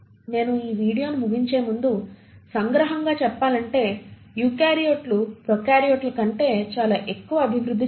నేను ఈ వీడియోను ముగించేముందు సంగ్రహంగా చెప్పాలంటే యూకారియోట్లు ప్రొకార్యోట్ల కంటే చాలా ఎక్కువ అభివృద్ధి చెందాయి